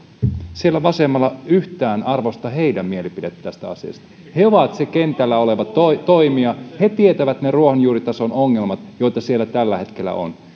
siellä vasemmalla yhtään arvosta heidän mielipidettään tästä asiasta he ovat se kentällä oleva toimija he tietävät ne ruohonjuuritason ongelmat joita siellä tällä hetkellä on